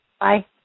Bye